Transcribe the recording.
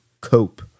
cope